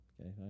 Okay